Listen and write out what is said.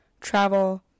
travel